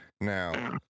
Now